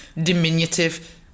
diminutive